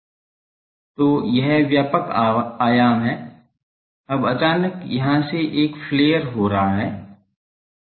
तो यह व्यापक आयाम है अब अचानक यहां से यह फ्लेयर हो रहा है